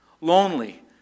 lonely